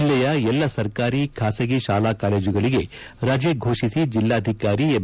ಜಿಲ್ಲೆಯ ಎಲ್ಲಾ ಸರ್ಕಾರಿ ಖಾಸಗಿ ಶಾಲಾ ಕಾಲೇಜುಗಳಿಗೆ ರಜೆ ಫೋಷಿಸಿ ಜಿಲ್ಲಾಧಿಕಾರಿ ಎಂ